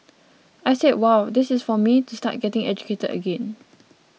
I said wow this is for me to start getting educated again